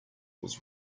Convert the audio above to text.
was